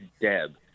Deb